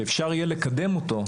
שאפשר יהיה לקדם אותו.